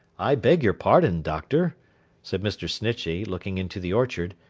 i beg your pardon, doctor said mr. snitchey, looking into the orchard,